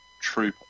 true